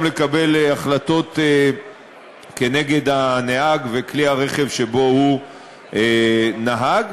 לקבל החלטות כנגד הנהג וכלי הרכב שבו הוא נהג.